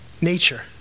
nature